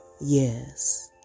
Yes